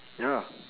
ya